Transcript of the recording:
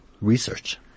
research